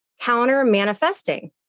counter-manifesting